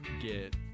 get